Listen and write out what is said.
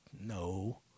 No